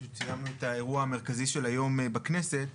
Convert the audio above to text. פשוט צילמנו את האירוע המרכזי של היום בכנסת,